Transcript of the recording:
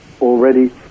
already